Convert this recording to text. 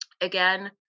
Again